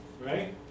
right